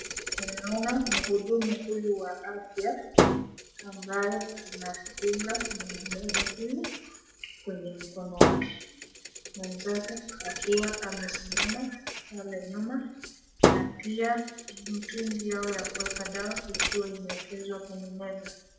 Tunaona muhudumu huyu wa afya, ambaye anadunga mwanadada huyu kwenye mkono wake. Mwenzake akiwa amesimama pale nyuma na pia ni mtungi yao ya kuweka dawa ikiwa imewekezwa kwenye meza.